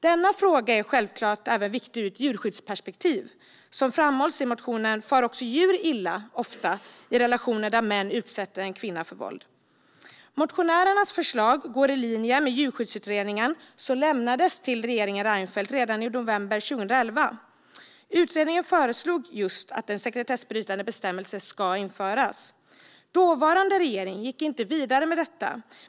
Det är självklart även viktigt ur ett djurskyddsperspektiv. Som framhålls i motionen far också djur ofta illa i relationer där en man utsätter en kvinna för våld. Motionärernas förslag går i linje med Djurskyddsutredningen, som lämnades till regeringen Reinfeldt redan i november 2011. Utredningen föreslog att just en sekretessbrytande bestämmelse skulle införas. Dåvarande regering gick inte vidare med detta.